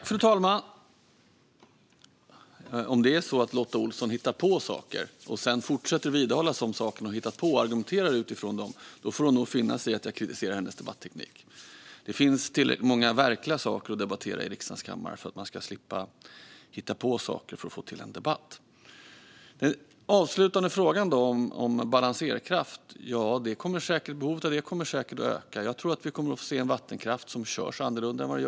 Fru talman! Om det är så att Lotta Olsson hittar på saker och sedan fortsätter att vidhålla de saker hon har hittat på och argumenterar utifrån dem får hon nog finna sig i att jag kritiserar hennes debatteknik. Det finns tillräckligt många verkliga saker att debattera i riksdagens kammare för att man ska slippa hitta på saker för att få till en debatt. Vad gäller den avslutande frågan om balanseringskraft kan jag säga att behovet av sådan säkert kommer att öka. Jag tror att vi kommer att få se en vattenkraft som körs annorlunda än i dag.